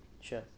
sure